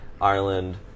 Ireland